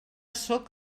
sóc